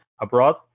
abroad